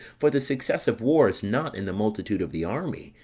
for the success of war is not in the multitude of the army,